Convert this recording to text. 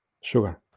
sugar